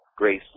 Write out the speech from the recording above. Grace